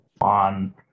on